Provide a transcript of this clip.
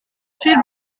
sir